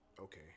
okay